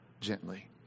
gently